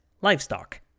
livestock